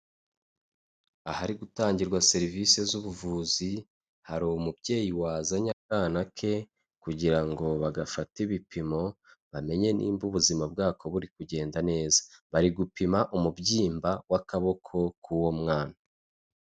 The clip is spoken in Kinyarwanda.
Ahari gutangirwa serivisi z'ubuvuzi, hari umubyeyi wazanye akana ke, kugira ngo bagafate ibipimo bamenye nimba ubuzima bwako buri kugenda neza, bari gupima umubyimba w'akaboko k'uwo mwana.